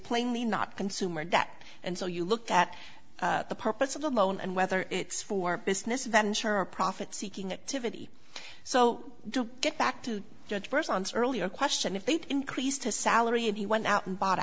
plainly not consumer debt and so you look at the purpose of the loan and whether it's for business venture or a profit seeking activity so to get back to judge first answer earlier question if they'd increased his salary and he went out and bought a